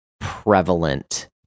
prevalent